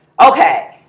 okay